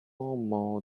more